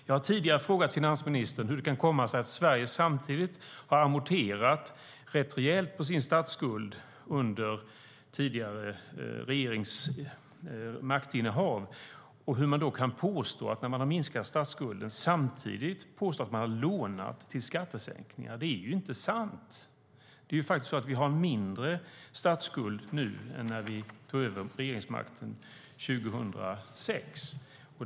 Jag har tidigare frågat finansministern hur det kan komma sig att man när Sverige under tidigare regerings maktinnehav har amorterat rätt rejält på sin statsskuld samtidigt kan påstå att vi lånat till skattesänkningar. Det är ju inte sant. Vi har faktiskt lägre statsskuld nu än när vi tog över regeringsmakten 2006.